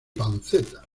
panceta